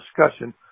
discussion